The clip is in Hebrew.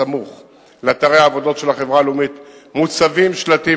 בסמוך לאתרי העבודות של החברה הלאומית מוצבים שלטים